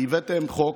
כי הבאתם חוק,